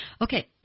Okay